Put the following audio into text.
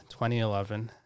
2011